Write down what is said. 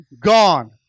gone